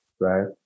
Right